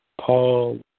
Paul